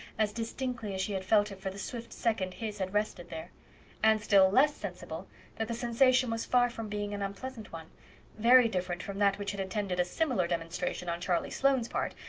as distinctly as she had felt it for the swift second his had rested there and still less sensible that the sensation was far from being an unpleasant one very different from that which had attended a similar demonstration on charlie sloane's part,